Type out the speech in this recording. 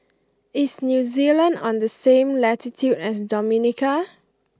is New Zealand on the same latitude as Dominica